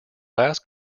last